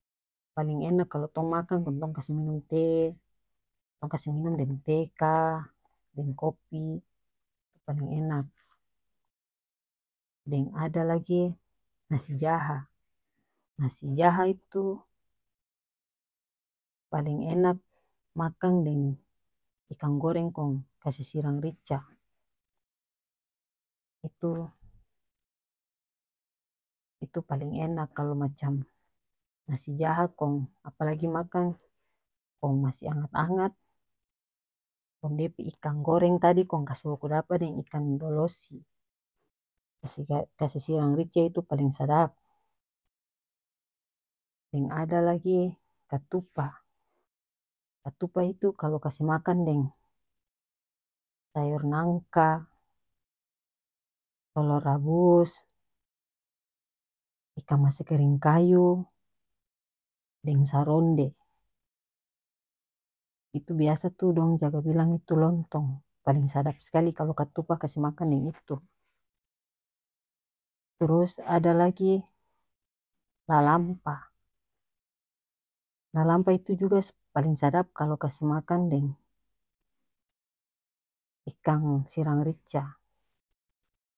Paling enak kalo tong makang kase minum teh tong kase minum deng teh ka deng kopi paling enak deng ada lagi nasi jaha nasi jaha itu paling enak makang deng ikang goreng kong kase siram rica itu itu paleng enak kalo macam nasi jaha kong apalagi makang kong masih angat angat kong dia pe ikang goreng tadi kong kas bakudapa deng ikang dolosi kase siram rica itu paleng sadap deng ada lagi katupa katupa itu kalo kase makang deng sayor nangka tolor rabus ikang masa karing kayu deng saronde itu biasa tu dong jaga bilang tu lontong paling sadap skali kalo katupa kase makang deng itu trus ada lagi lalampa lalampa itu juga paleng sadap kalo kase makang deng ikang siram rica.